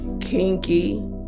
kinky